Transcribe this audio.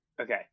Okay